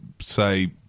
say